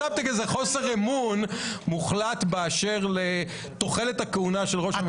בסאב-טקסט יש איזה חוסר אמון מוחלט באשר לתוחלת הכהונה של ראש הממשלה.